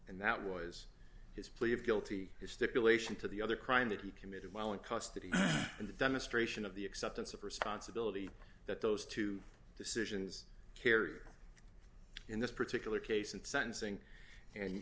and that was his plea of guilty his stipulation to the other crime that he committed while in custody and the demonstration of the acceptance of responsibility that those two decisions carry in this particular case and sentencing and